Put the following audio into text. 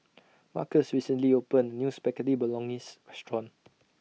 Markus recently opened A New Spaghetti Bolognese Restaurant